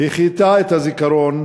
החייתה את הזיכרון.